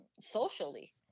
socially